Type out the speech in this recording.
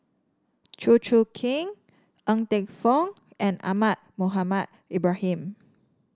Chew Choo Keng Ng Teng Fong and Ahmad Mohamed Ibrahim